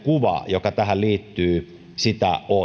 joka tähän liittyy sitä